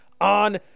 on